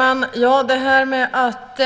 Herr talman! Att